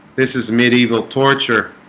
this is medieval torture